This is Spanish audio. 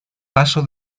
paso